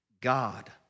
God